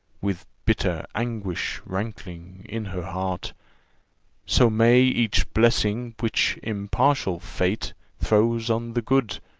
with bitter anguish rankling in her heart so may each blessing, which impartial fate throws on the good,